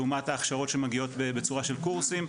לעומת ההכשרות שמגיעות בצורה של קורסים,